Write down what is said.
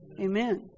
Amen